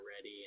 ready